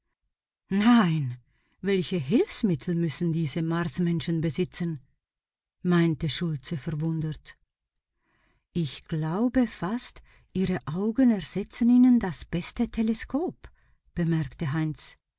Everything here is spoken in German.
nein welche hilfsmittel müssen diese marsmenschen besitzen meinte schultze verwundert ich glaube fast ihre augen ersetzen ihnen das beste teleskop bemerkte heinz